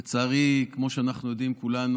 לצערי, כמו שאנחנו יודעים כולנו,